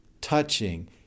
touching